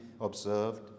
observed